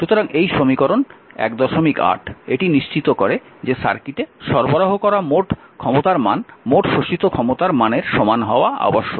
সুতরাং এই সমীকরণ 18 এটি নিশ্চিত করে যে সার্কিটে সরবরাহ করা মোট ক্ষমতার মান মোট শোষিত ক্ষমতার মানের সমান হওয়া আবশ্যক